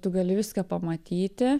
tu gali viską pamatyti